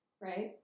right